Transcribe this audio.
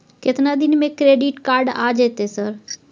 केतना दिन में क्रेडिट कार्ड आ जेतै सर?